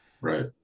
right